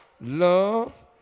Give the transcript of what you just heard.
Love